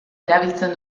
erabiltzen